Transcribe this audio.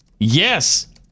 Yes